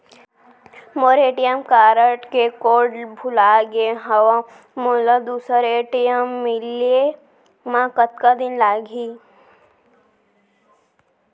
मोर ATM card के code भुला गे हव, मोला दूसर ए.टी.एम मिले म कतका दिन लागही?